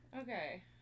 Okay